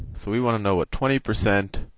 so we want to know ah twenty percent